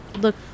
Look